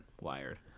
wired